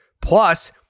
Plus